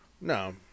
No